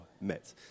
met